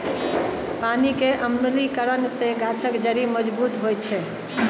पानि केर अम्लीकरन सँ गाछक जड़ि मजबूत होइ छै